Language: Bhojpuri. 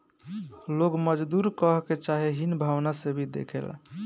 लोग मजदूर कहके चाहे हीन भावना से भी देखेला